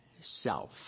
self